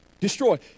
destroy